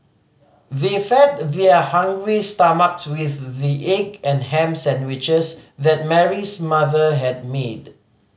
they fed their hungry stomachs with the egg and ham sandwiches that Mary's mother had made